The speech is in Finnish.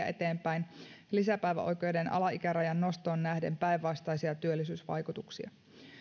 eteenpäin lisäpäiväoikeuden alaikärajan nostoon nähden päinvastaisia työllisyysvaikutuksia